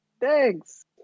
thanks